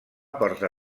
porta